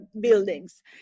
buildings